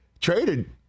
traded